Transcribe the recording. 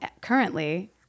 currently